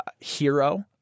hero